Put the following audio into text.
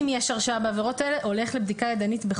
אם יש הרשעה בעבירות האלה, הולכים לבדיקה ידנית.